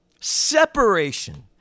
Separation